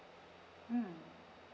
mm